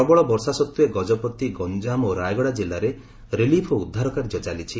ପ୍ରବଳ ବର୍ଷା ସତ୍ୱେ ଗଜପତି ଗଞ୍ଜାମ ଓ ରାୟଗଡ଼ା ଜିଲ୍ଲାରେ ରିଲିଫ୍ ଓ ଉଦ୍ଧାର କାର୍ଯ୍ୟ ଚାଲିଛି